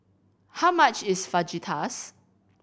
how much is Fajitas